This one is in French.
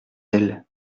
elle